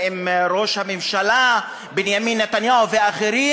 ראש הממשלה בנימין נתניהו ואחרים: